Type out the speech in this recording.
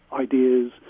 ideas